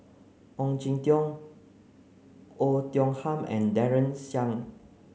Ong Jin Teong Oei Tiong Ham and Daren Shiau